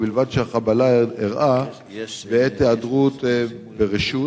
ובלבד שהחבלה אירעה בעת היעדרות ברשות,